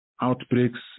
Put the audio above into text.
outbreaks